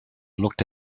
looked